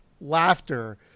laughter